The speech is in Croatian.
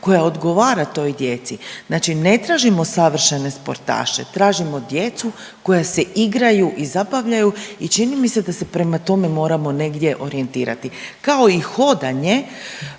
koja odgovara toj djeci. Znači ne tražimo savršene sportaše, tražimo djecu koja se igraju i zabavljaju i čini mi se da se prema tome moramo negdje orijentirati. Kao i hodanje,